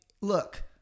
look